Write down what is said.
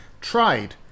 tried